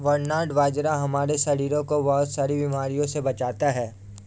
barnyard बाजरा हमारे शरीर को बहुत सारी बीमारियों से बचाता है